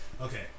Okay